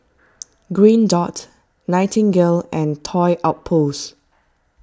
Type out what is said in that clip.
Green Dot Nightingale and Toy Outpost